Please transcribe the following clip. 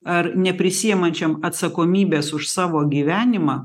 ar neprisiimančiam atsakomybės už savo gyvenimą